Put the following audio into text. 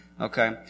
Okay